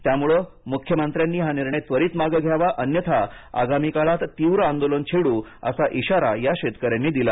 त्यामुळे मुख्यमंत्र्यांनी हा निर्णय त्वरित मागे घ्यावा अन्यथा आगामी काळात तीव्र आंदोलन छेडू असा इशारा या शेतकऱ्यांनी दिला